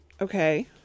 Okay